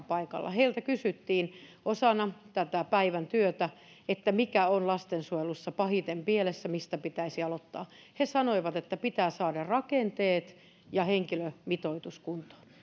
paikalla heiltä kysyttiin osana tätä päivän työtä mikä on lastensuojelussa pahiten pielessä mistä pitäisi aloittaa he sanoivat että pitää saada rakenteet ja henkilömitoitus kuntoon